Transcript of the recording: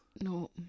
no